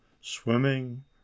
swimming